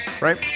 right